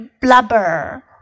blubber